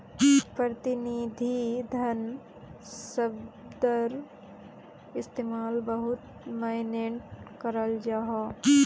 प्रतिनिधि धन शब्दर इस्तेमाल बहुत माय्नेट कराल जाहा